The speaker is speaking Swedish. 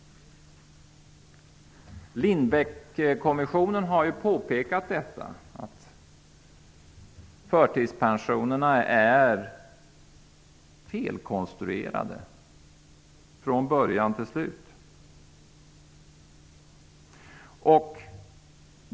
Lindbeckkommissionen har ju påpekat att förtidspensionerna är felkonstruerade från början till slut.